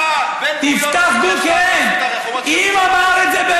סליחה, בן-גוריון לא אמר את זה.